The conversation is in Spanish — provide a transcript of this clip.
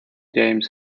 james